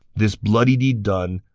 this bloody deed done,